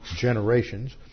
generations